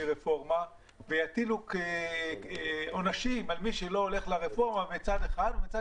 רפורמה ויטילו עונשים על מי שלא הולך לרפורמה מצד אחד ומצד